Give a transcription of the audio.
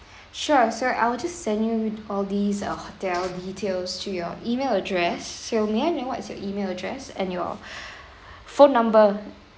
sure so I will just send you all these uh hotel details to your email address so may I know what is your email address and your phone number